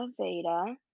Aveda